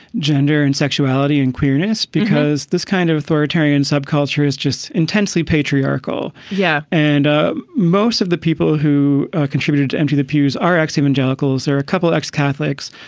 gender and sexuality and queerness because this kind of authoritarian subculture is just intensely patriarchal. yeah. and ah most of the people who contributed to empty the pews are ex evangelicals are a couple of ex catholics,